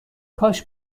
کاش